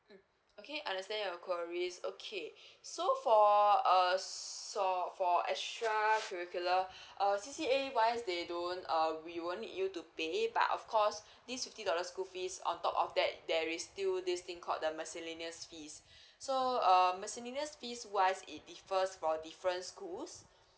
mm okay understand your queries okay so for err saw for extra curricular err C_C_A wise they don't uh we won't need you to pay but of course this fifty dollar school fees on top of that there is still this thing called the miscellaneous fees so err miscellaneous fees wise it differs for different schools